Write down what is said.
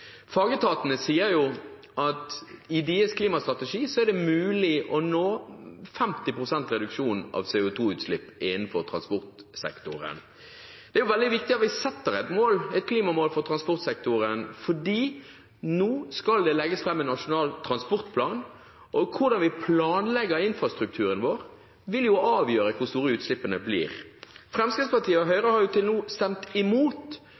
Fagetatene sier at i deres klimastrategi er det mulig å nå 50 pst. reduksjon av CO2-utslipp innenfor transportsektoren. Det er veldig viktig at vi setter et klimamål for transportsektoren, fordi det nå skal legges fram en nasjonal transportplan, og hvordan vi planlegger infrastrukturen vår, vil avgjøre hvor store utslippene blir. Fremskrittspartiet og Høyre har til nå stemt